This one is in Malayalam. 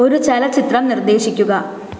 ഒരു ചലച്ചിത്രം നിര്ദ്ദേശിക്കുക